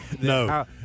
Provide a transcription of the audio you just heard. No